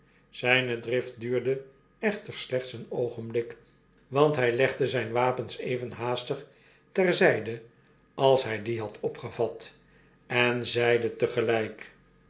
zijne drift duurde echter slechts een oogenblik want h legde zijn wapens even haastig ter ztfde als hy die had opgevat en zeide